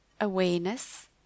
awareness